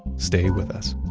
stay with us